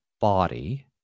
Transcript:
body